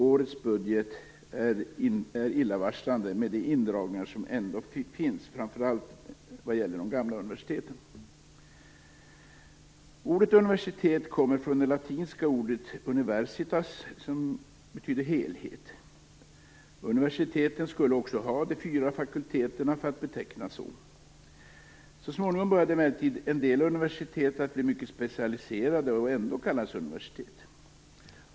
Årets budget är illavarslande med de indragningar som trots allt finns, framför allt vad gäller de gamla universiteten. Ordet universitet kommer från det latinska ordet universitas, som betyder helhet. Universitet skulle också rymma de fyra fakulteterna för att betecknas så. Så småningom började emellertid en del universitet att bli mycket specialiserade och ändå kalla sig universitet.